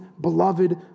beloved